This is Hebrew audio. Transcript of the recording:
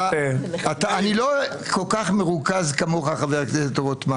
אני לא כל כך מרוכז כמוך חבר הכנסת רוטמן